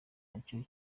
nacyo